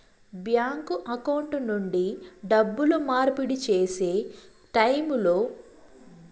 bank account నుండి డబ్బులు మార్పిడి సేసే టైములో సాంకేతికపరమైన తప్పులు వస్తే ఏమి సేయాలి